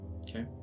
Okay